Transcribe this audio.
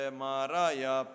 maraya